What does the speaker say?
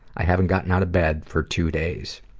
i haven't gotten out of bed for two days.